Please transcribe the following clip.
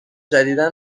جدیدا